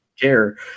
care